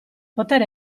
poter